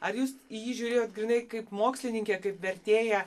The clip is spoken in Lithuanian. ar jūs į jį įžiūrėjot grynai kaip mokslininkė kaip vertėja